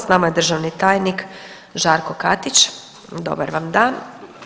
Sa nama je državni tajnik Žarko Katić, dobar vam dan.